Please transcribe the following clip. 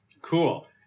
Cool